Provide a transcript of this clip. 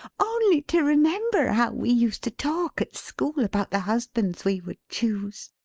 only to remember how we used to talk, at school, about the husbands we would choose.